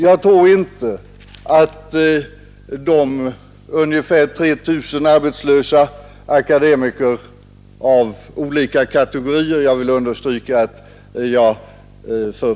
Jag tror inte att de ungefär tre tusen arbetslösa akademikerna av olika kategorier har mycket till övers för ett så sangviniskt program.